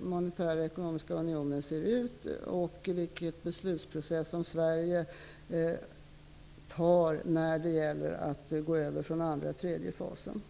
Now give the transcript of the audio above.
monetära ekonomiska unionen ser ut och vilken beslutprocess som Sverige väljer när det gäller att gå över från den andra till den tredje fasen.